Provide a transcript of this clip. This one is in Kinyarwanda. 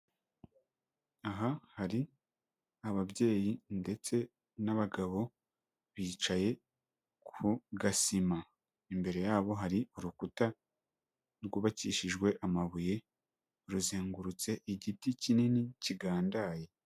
Aha hari ababyeyi ndetse n'abagabo, bicaye ku gasima. Imbere yabo hari urukuta rwubakishijwe amabuye, ruzengurutse igiti kinini, kigandaye.